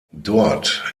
dort